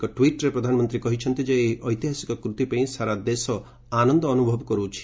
ଏକ ଟ୍ୱିଟ୍ରେ ପ୍ରଧାନମନ୍ତ୍ରୀ କହିଛନ୍ତି ଯେ ଏହି ଐତିହାସି କୃତି ପାଇଁ ସାରା ଦେଶ ଆନନ୍ଦ ଅନୁଭବ କରିଛି